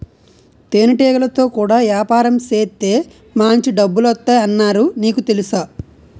తేనెటీగలతో కూడా యాపారం సేత్తే మాంచి డబ్బులొత్తాయ్ అన్నారు నీకు తెలుసా?